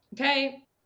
okay